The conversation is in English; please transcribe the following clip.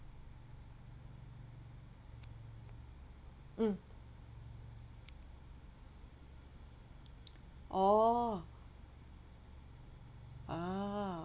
mm orh ah